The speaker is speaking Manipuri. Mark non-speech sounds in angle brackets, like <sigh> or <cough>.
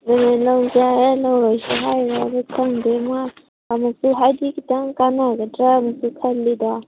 ꯑꯗꯨꯅꯦ ꯂꯧꯖꯦ ꯍꯥꯏꯔ ꯂꯧꯔꯣꯏꯁꯦ ꯍꯥꯏꯔ ꯍꯥꯏꯕ ꯈꯪꯗꯦ ꯃꯥ <unintelligible> ꯍꯥꯏꯗꯤ ꯈꯤꯇꯪ ꯀꯥꯟꯅꯒꯗ꯭ꯔꯥꯅꯁꯨ ꯈꯜꯂꯤꯗ